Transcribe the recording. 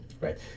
right